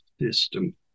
system